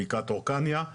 בקעת הורקניה.